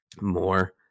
more